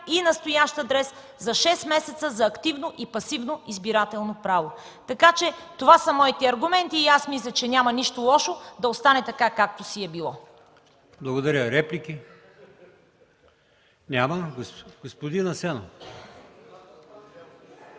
и настоящ адрес – за шест месеца, за активно и пасивно избирателно право. Това са моите аргументи. Аз мисля, че няма нищо лошо да остане така, както си е било.